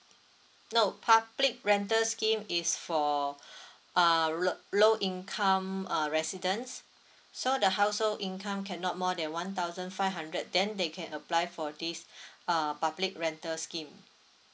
no public rental scheme is for err l~ low income uh residents so the household income cannot more than one thousand five hundred then they can apply for this uh public rental scheme